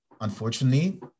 unfortunately